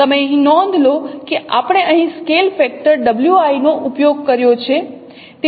તમે અહીં નોંધ લો કે આપણે અહીં સ્કેલ ફેક્ટર wi નો ઉપયોગ કર્યો છે